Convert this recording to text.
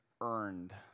earned